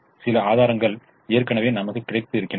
சில ஆதாரங்கள் ஏற்கனவே நமக்கு கிடைத்த்து இருக்கின்றன